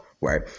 right